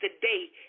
today